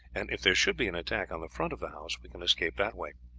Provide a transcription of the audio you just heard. and if there should be an attack on the front of the house we can escape that way.